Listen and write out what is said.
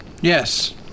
Yes